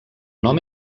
nom